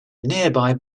nearby